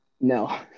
No